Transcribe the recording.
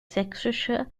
sächsische